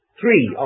three